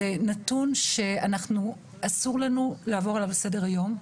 זה נתון שאסור לנו לעבור עליו לסדר היום,